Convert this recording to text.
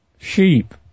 sheep